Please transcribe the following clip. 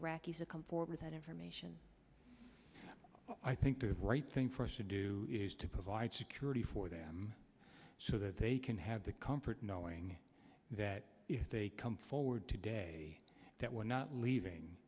iraqis to come forward with that information i think the right thing for us to do is to provide security for them so that they can have the comfort of knowing that if they come forward today that we're not leaving